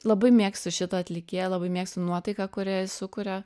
labai mėgstu šitą atlikėją labai mėgstu nuotaiką kurią jis sukuria